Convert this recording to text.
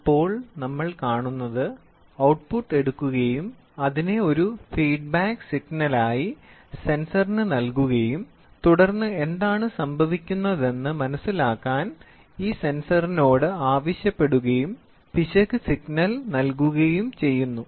ഇപ്പോൾ നമ്മൾ കാണുന്നത് ഔട്ട്പുട്ട് എടുക്കുകയും അതിനെ ഒരു ഫീഡ്ബാക്ക് സിഗ്നലായി സെൻസറിന് നൽകുകയും തുടർന്ന് എന്താണ് സംഭവിക്കുന്നതെന്ന് മനസിലാക്കാൻ ഈ സെൻസറിനോട് ആവശ്യപ്പെടുകയും പിശക് സിഗ്നൽ നൽകുകയും ചെയ്യുന്നു